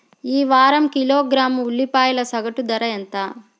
ఈ వారం కిలోగ్రాము ఉల్లిపాయల సగటు ధర ఎంత?